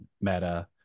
meta